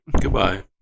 Goodbye